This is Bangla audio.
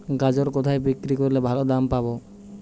গাজর কোথায় বিক্রি করলে ভালো দাম পাব?